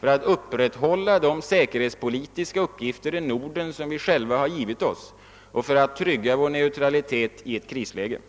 för att upprätthålla de säkerhetspolitiska uppgifter i Norden som vi själva har givit oss och för att trygga vår neutralitet i ett krisläge.